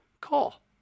call